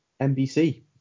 NBC